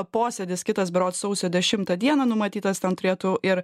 posėdis kitas berods sausio dešimtą dieną numatytas ten turėtų ir